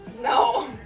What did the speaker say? No